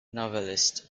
novelist